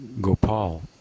Gopal